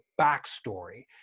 backstory